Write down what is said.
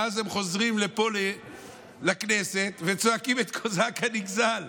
ואז הם חוזרים לפה לכנסת וצועקים, הקוזק הנגזל: